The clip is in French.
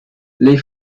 les